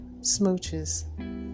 smooches